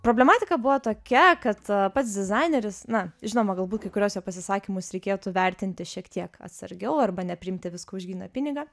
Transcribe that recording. problematika buvo tokia kad pats dizaineris na žinoma galbūt kai kuriuos jo pasisakymus reikėtų vertinti šiek tiek atsargiau arba nepriimti visko už gryną pinigą